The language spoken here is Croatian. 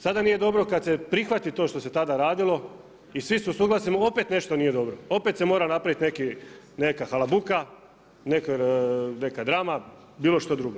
Sada nije dobro kada se prihvati to što se tada radilo i svi su suglasni, opet nešto nije dobro, opet se mora napraviti neka halabuka, neka drama, bilo šta drugo.